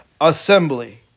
assembly